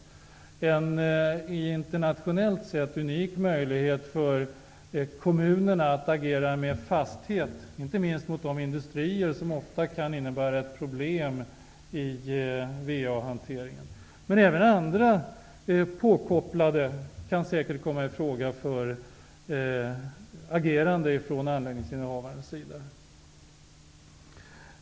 Det ger en internationellt sett unik möjlighet för kommunerna att agera med fasthet, inte minst mot de industrier som ofta kan innebära ett problem i VA hanteringen. Men även andra påkopplade kan säkert komma i fråga för agerande från anläggningsinnehavarens sida.